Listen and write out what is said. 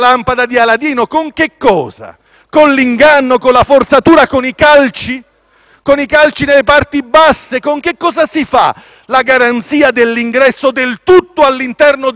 con i calci nelle parti basse? Con che cosa si ottiene la garanzia dell'ingresso del tutto all'interno del poco di uno spazio parlamentare? Mi sarei aspettato allora un lavoro di cucitura,